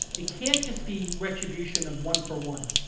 it can't just be retribution of one for one.